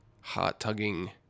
heart-tugging